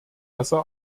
besser